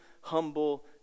humble